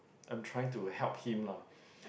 I'm trying to help him lah